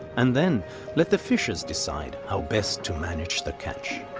and then let the fishers decide how best to manage the catch.